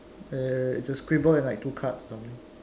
err it's a scribble and like two cards or something